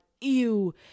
ew